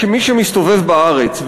כמי שמסתובב בארץ,